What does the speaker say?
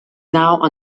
now